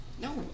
No